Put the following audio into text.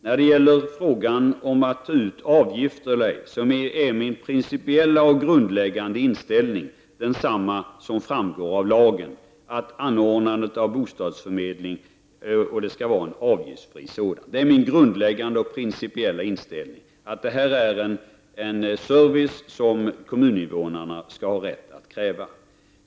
När det gäller frågan om huruvida kommunen skall få ta ut avgift är min principiella och grundläggande inställning densamma som lagens: bostadsförmedlingen skall vara avgiftsfri. Detta är alltså min grundläggande och principiella inställning. Det rör sig om en service som kommuninvånarna skall ha rätt att kräva.